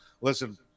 listen